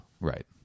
Right